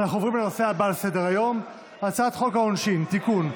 --- אנחנו עוברים לנושא הבא שעל סדר-היום: הצעת חוק העונשין (תיקון,